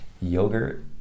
Yogurt